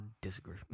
disagree